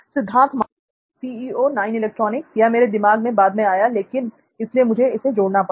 सिद्धार्थ मातुरी यह मेरे दिमाग में बाद में आया इसलिए मुझे इसे जोड़ना पड़ा